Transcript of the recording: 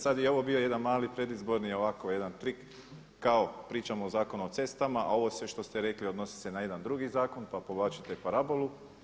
Sada je ovo bio jedan mali predizborni ovako jedan trik kao pričamo o Zakonu o cestama, a ovo sve što ste rekli odnosi se na jedan drugi zakon pa povlačite parabolu.